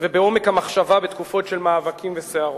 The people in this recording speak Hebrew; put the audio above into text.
ובעומק המחשבה בתקופות של מאבקים וסערות?